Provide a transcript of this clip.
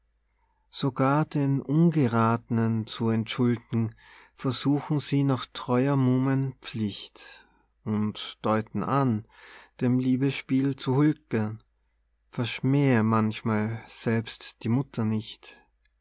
sogar den ungerathnen zu entschuld'gen versuchen sie nach treuer muhmen pflicht und deuten an dem liebesspiel zu huld'gen verschmähe manchmal selbst die mutter nicht